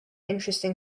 interesting